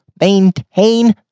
maintain